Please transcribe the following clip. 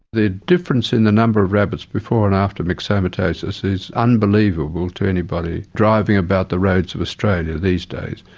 the difference in the number of rabbits before and after myxomatosis is unbelievable to anybody driving about the roads of australia these days.